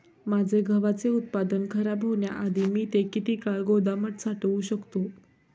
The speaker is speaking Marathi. माझे गव्हाचे उत्पादन खराब होण्याआधी मी ते किती काळ गोदामात साठवू शकतो?